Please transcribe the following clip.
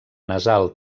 nasal